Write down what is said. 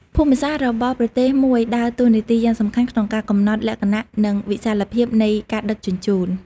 ភូមិសាស្ត្ររបស់ប្រទេសមួយដើរតួនាទីយ៉ាងសំខាន់ក្នុងការកំណត់លក្ខណៈ និងវិសាលភាពនៃការដឹកជញ្ជូន។